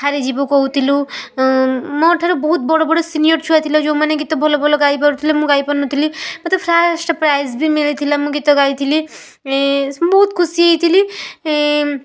ହାରି ଯିବୁ କହୁଥିଲୁ ମୋ ଠାରୁ ବହୁତ ବଡ଼ ବଡ଼ ସିନିୟର୍ ଛୁଆ ଥିଲେ ଯେଉଁମାନେ ଗୀତ ଭଲ ଭଲ ଗାଇ ପାରୁଥିଲେ ମୁଁ ଗାଇ ପାରୁନଥିଲି ମୋତେ ଫାଷ୍ଟ ପ୍ରାଇଜ୍ ବି ମିଳିଥିଲା ମୁଁ ଗୀତ ଗାଇଥିଲି ବହୁତ୍ ଖୁସି ହେଇଥିଲି